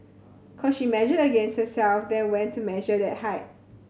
cos she measured against herself then went to measure that height